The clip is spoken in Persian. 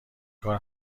کار